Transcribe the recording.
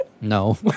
No